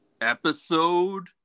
Episode